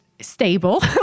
stable